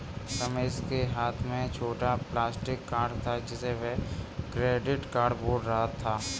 रमेश के हाथ में छोटा प्लास्टिक कार्ड था जिसे वह क्रेडिट कार्ड बोल रहा था